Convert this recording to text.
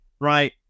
right